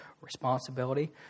responsibility